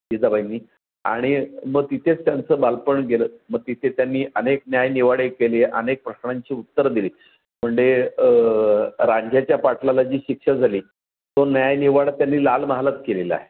जिजाबाईंनी आणि मग तिथेच त्यांचं बालपण गेलं मग तिथे त्यांनी अनेक न्यायनिवाडे केले अनेक प्रश्नांची उत्तरं दिली म्हणजे रांझ्याच्या पाटलाला जी शिक्षा झाली तो न्यायनिवाडा त्यांनी लाल महालात केलेला आहे